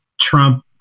Trump